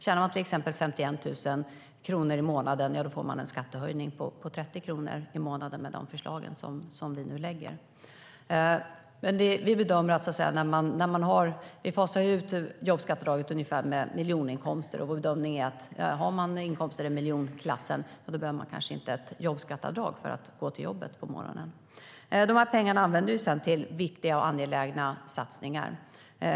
Tjänar man till exempel 51 000 kronor i månaden får man en skattehöjning med 30 kronor i månaden med det förslag som vi nu lägger fram. Vi fasar ut jobbskatteavdraget för dem med miljoninkomster. Vår bedömning är att om man har inkomster i miljonklassen behöver man kanske inte ett jobbskatteavdrag för att gå till jobbet på morgonen. De här pengarna använder vi sedan till angelägna satsningar.